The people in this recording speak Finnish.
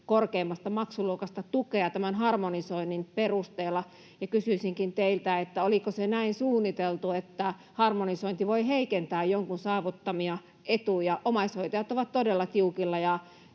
korkeimmasta maksuluokasta tukea tämän harmonisoinnin perusteella, ja kysyisinkin teiltä: oliko se näin suunniteltu, että harmonisointi voi heikentää jonkun saa-vuttamia etuja? Omaishoitajat ovat todella tiukilla,